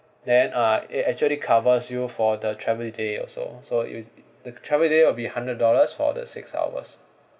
then uh it actually covers you for the travel day also so if the travel day will be hundred dollars for the six hours